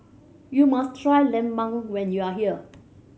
you must try lemang when you are here